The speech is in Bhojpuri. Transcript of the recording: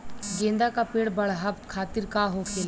गेंदा का पेड़ बढ़अब खातिर का होखेला?